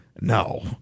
No